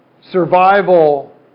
survival